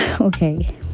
okay